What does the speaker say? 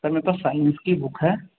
sir मेरे पास science की बुक है